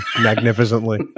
magnificently